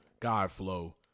Godflow